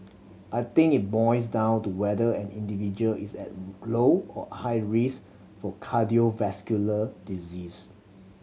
I think it boils down to whether an individual is at low or high risk for cardiovascular disease